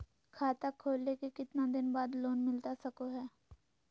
खाता खोले के कितना दिन बाद लोन मिलता सको है?